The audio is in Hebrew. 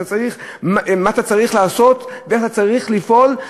מה אתה צריך לעשות ואיך אתה צריך לפעול,